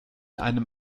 einem